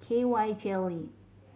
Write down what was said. K Y Jelly